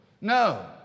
No